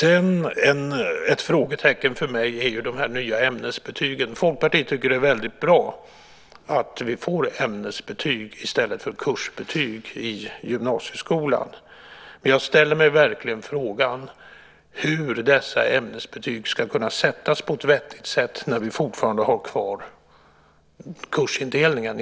Ett annat frågetecken för mig är de nya ämnesbetygen. Folkpartiet tycker att det är väldigt bra att vi får ämnesbetyg i stället för kursbetyg i gymnasieskolan, men jag ställer mig verkligen frågan hur dessa ämnesbetyg ska kunna sättas på ett vettigt sätt när vi fortfarande har kvar kursindelningen.